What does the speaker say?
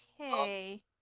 Okay